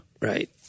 Right